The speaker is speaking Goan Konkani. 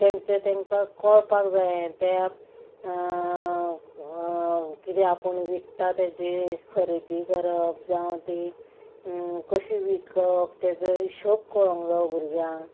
तेंचे तेकां कळपाक जाये तें किदें आपूण विकता तेजी खरेदी करप जावं ती कशी विकप तेजो हिशोब कळोंक जावो भुरग्यांक